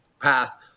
path